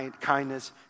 kindness